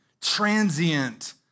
transient